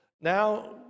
Now